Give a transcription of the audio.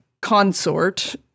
consort